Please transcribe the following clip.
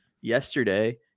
Yesterday